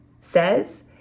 says